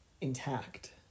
intact